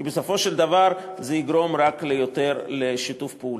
כי בסופו של דבר זה יגרום רק ליותר שיתוף פעולה.